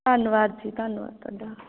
ਧੰਨਵਾਦ ਜੀ ਧੰਨਵਾਦ ਤੁਹਾਡਾ